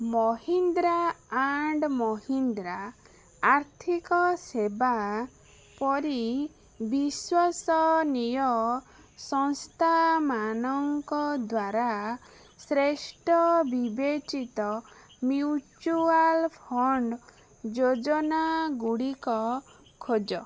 Mahindra and Mahindra ଆର୍ଥିକ ସେବା ପରି ବିଶ୍ଵସନୀୟ ସଂସ୍ଥାମାନଙ୍କ ଦ୍ଵାରା ଶ୍ରେଷ୍ଠ ବିବେଚିତ ମ୍ୟୁଚୁଆଲ୍ ଫଣ୍ଡ୍ ଯୋଜନା ଗୁଡ଼ିକ ଖୋଜ